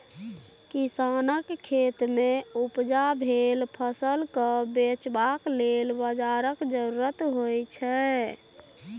किसानक खेतमे उपजा भेल फसलकेँ बेचबाक लेल बाजारक जरुरत होइत छै